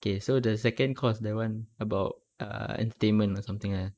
okay so the second course that one about err entertainment or something ah